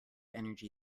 energy